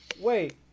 Wait